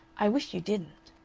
i wish you didn't.